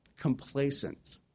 complacent